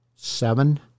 seven